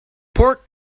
pork